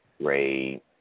Ray